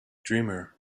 dreamer